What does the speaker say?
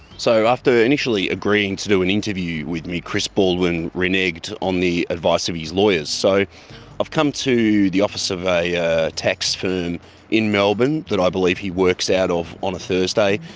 so after initially agreeing to do an interview with me, chris baldwin reneged on the advice of his lawyers. so i've come to the office of a a tax firm in melbourne that i believe he works out of on a thursday.